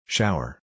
Shower